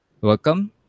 Welcome